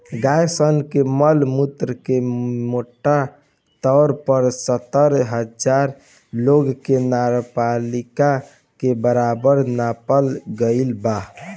गाय सन के मल मूत्र के मोटा तौर पर सत्तर हजार लोग के नगरपालिका के बराबर नापल गईल बा